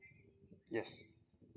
yes